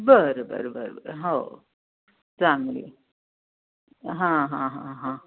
बरं बरं बरं बरं हो चांगले हां हां हां हां